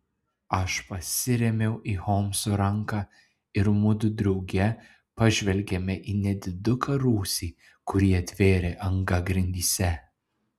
aš pasirėmiau į holmso ranką ir mudu drauge pažvelgėme į nediduką rūsį kurį atvėrė anga grindyse